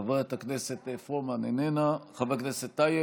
חברת הכנסת פרומן, איננה, חבר הכנסת טייב,